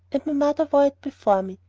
and my mother wore it before me.